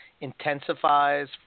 intensifies